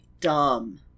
dumb